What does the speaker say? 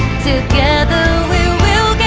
together we will,